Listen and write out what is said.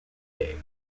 day